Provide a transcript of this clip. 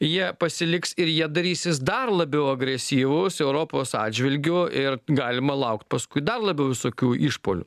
jie pasiliks ir jie darysis dar labiau agresyvūs europos atžvilgiu ir galima laukt paskui dar labiau visokių išpuolių